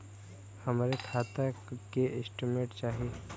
हमरे खाता के स्टेटमेंट चाही?